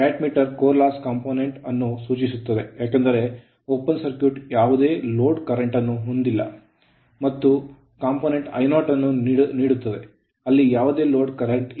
watt meter core loss component ಅನ್ನು ಸೂಚಿಸುತ್ತದೆ ಏಕೆಂದರೆ open circuit ತೆರೆದ ಸರ್ಕ್ಯೂಟ್ ಯಾವುದೇ ಲೋಡ್ ಕರೆಂಟ್ ಅನ್ನು ಹೊಂದಿಲ್ಲ ಮತ್ತು ಆಮ್ಮೀಟರ್ ಕಾಂಪೊನೆಂಟ್ I0 ಅನ್ನು ನೀಡುತ್ತದೆ ಅಲ್ಲಿ ಯಾವುದೇ ಲೋಡ್ ಕರೆಂಟ್ ಇಲ್ಲ